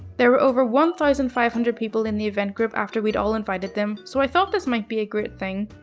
there were over one thousand five hundred people in the event group after we'd all invited them, so i thought this might be a great thing.